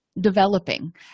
developing